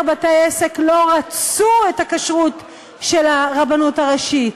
בתי-עסק לא רצו את הכשרות של הרבנות הראשית.